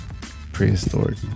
Prehistoric